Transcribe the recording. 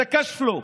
זה cash flow,